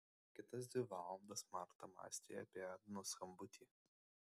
kitas dvi valandas marta mąstė apie ednos skambutį